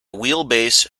wheelbase